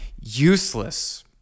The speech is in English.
useless